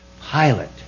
pilot